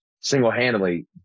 single-handedly